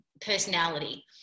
personality